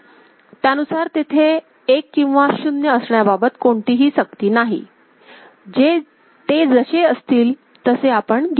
त्यानुसार तेथे 1 किंवा 0 असण्याबाबत कोणतीही सक्ती नाही ते जसे असतील तसे आपण घेऊ